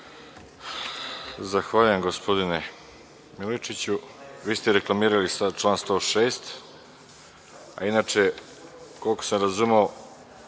Zahvaljujem, gospodine Milojičiću. Vi ste reklamirali sad član 106, a inače, koliko sam razumeo,